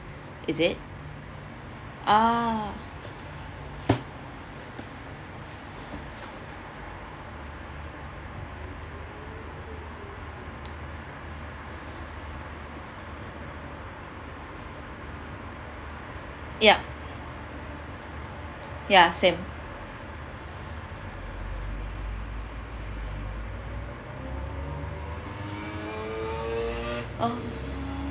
is it uh ya ya same oh